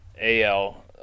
AL